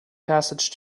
passage